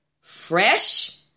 fresh